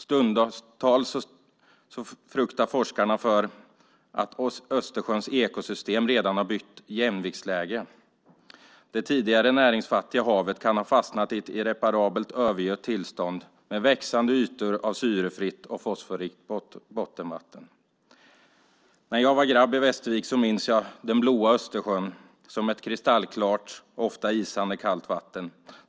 Stundtals fruktar forskarna för att Östersjöns ekosystem redan har bytt jämviktsläge. Det tidigare näringsfattiga havet kan ha fastnat i ett irreparabelt övergött tillstånd med växande ytor av syrefritt och fosforrikt bottenvatten. Jag minns den blåa Östersjön när jag var grabb i Västervik som ett kristallklart, ofta isande kallt, vatten.